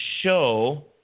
show